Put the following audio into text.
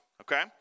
okay